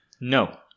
No